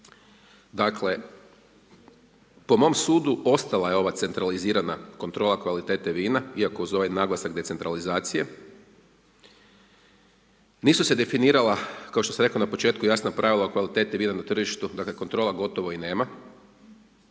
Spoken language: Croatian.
Dakle, po mom sudu, ostala je ova centralizirana kontrola kvalitete vina, ako uz ovaj naglasak decentralizacije, nisu se definirala, kao što sam rekao na početku, jasna pravila o kvaliteti vina na tržištu, dakle, kontrola gotov i nema.